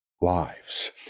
lives